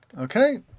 Okay